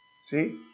See